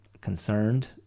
concerned